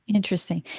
interesting